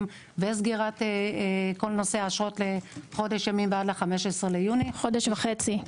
וסגירת כל נושא האשרות לחודש ימים עד 15.6. חודש וחצי.